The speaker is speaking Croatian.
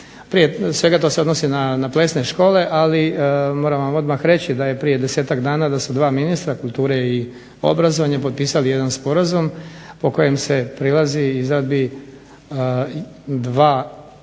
Prije svega to se odnosi na plesne škole, ali moram vam odmah reći da je prije 10-ak dana da su dva ministra kulture i obrazovanja potpisali jedan sporazum po kojem se prilazi izradi dva studijska